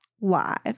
live